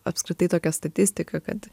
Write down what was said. apskritai tokią statistiką kad